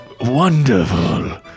wonderful